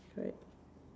right